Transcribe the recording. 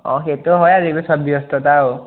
অঁ সেইটো হয় আৰু এইবোৰ চব ব্যস্ততাও